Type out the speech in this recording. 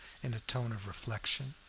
in a tone of reflection.